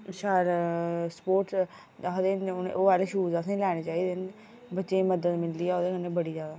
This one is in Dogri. ते शैल स्पोर्टस आह्ले आखदे ओह् आह्ले असेंगी लैने चा हिदे बच्चें गी मद्द मिलदी ऐ ओह्दे कन्नै बड़ी जादा